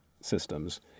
systems